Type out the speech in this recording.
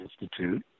institute